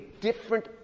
different